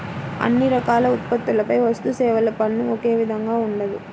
అన్ని రకాల ఉత్పత్తులపై వస్తుసేవల పన్ను ఒకే విధంగా ఉండదు